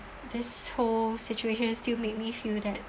this whole situation still make me feel that